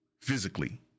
physically